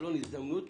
חלון הזדמנויות